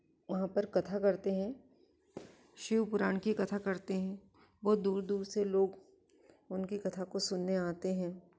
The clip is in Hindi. वहाँ पर कथा करते हैं शिव पुराण की कथा करते हैं बहुत दूर दूर से लोग उनकी कथा को सुनने आते हैं